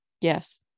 Yes